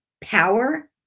power